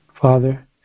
Father